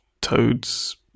toads